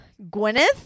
Gwyneth